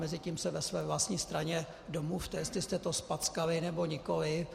Mezitím se ve své vlastní straně domluvte, jestli jste to zpackali, nebo nikoli.